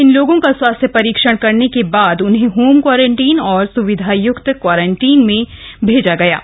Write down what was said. इन लोगों का स्वास्थ्य परीक्षण करने के बाद उन्हें होम क्वारंटीन और स्विधायक्त क्वारंटीन के लिए भेजा गया है